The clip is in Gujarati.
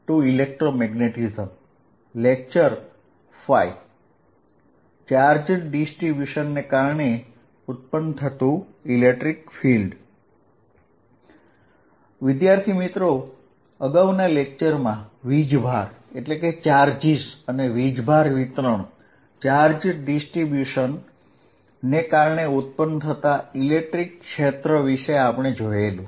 ચાર્જ ડિસ્ટ્રીબ્યુશનને કારણે ઉત્પન્ન થતું ઈલેક્ટ્રીક ફિલ્ડ અગાઉના લેક્ચરમાં વીજભાર અને ચાર્જ ડિસ્ટ્રીબ્યુશન ને કારણે ઉત્પન થતા ઈલેક્ટ્રીક ફિલ્ડ વિશે આપણે જોયેલું